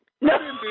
No